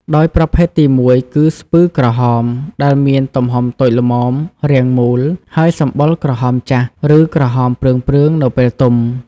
ដោយប្រភេទទីមួយគឺ ស្ពឺក្រហម ដែលមានទំហំតូចល្មម រាងមូល ហើយសម្បុរក្រហមចាស់ ឬក្រហមព្រឿងៗនៅពេលទុំ។